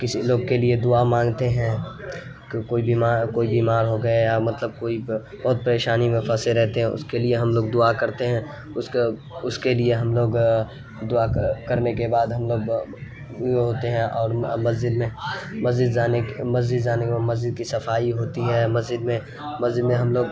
کسی لوگ کے لیے دعا مانگتے ہیں کوئی بیمار کوئی بیمار ہو گیا یا مطلب کوئی بہت پریشانی میں پھنسے رہتے ہیں اس کے لیے ہم لوگ دعا کرتے ہیں اس کا اس کے لیے ہم لوگ دعا کرنے کے بعد ہم لوگ وہ ہوتے ہیں اور مسجد میں مسجد زانے مسجد زانے کے بعد مسجد کی صفائی ہوتی مسجد میں مسجد میں ہم لوگ